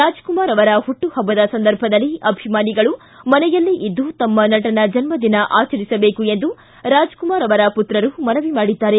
ರಾಜ್ಕುಮಾರ್ ಅವರ ಹುಟ್ಟುಹಬ್ಬದ ಸಂದರ್ಭದಲ್ಲಿ ಅಭಿಮಾನಿಗಳು ಮನೆಯಲ್ಲೇ ಇದ್ದು ತಮ್ಮ ನಟನ ಜನ್ಮದಿನ ಅಚರಿಸಬೇಕು ಎಂದು ರಾಜಕುಮಾರ ಅವರ ಮತ್ರರು ಮನವಿ ಮಾಡಿದ್ದಾರೆ